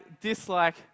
dislike